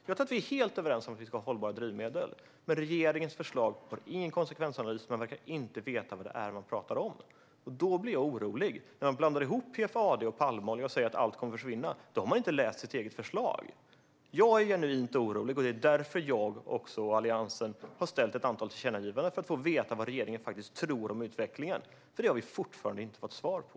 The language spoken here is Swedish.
Jag tror att vi är helt överens om att vi ska ha hållbara drivmedel, men regeringens förslag har ingen konsekvensanalys. Man verkar inte veta vad det är man pratar om. Jag blir orolig när man blandar ihop PFAD och palmolja och säger att allt kommer att försvinna. Då har man inte läst sitt eget förslag. Jag är genuint orolig, och det är därför jag och Alliansen har ett antal tillkännagivanden för att få veta vad regeringen faktiskt tror om utvecklingen. Det har vi nämligen fortfarande inte fått svar på.